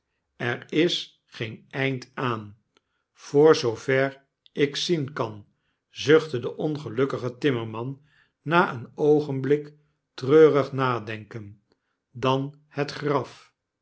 er is geen eind aan voor zoover ik zien kan zuchtte de ongelukkige timmerman na een oogenblik treurig nadenken dan het graf